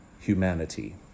Humanity